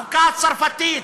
החוקה הצרפתית,